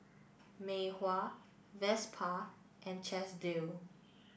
Mei Hua Vespa and Chesdale